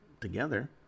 together